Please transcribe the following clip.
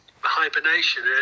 hibernation